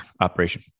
operation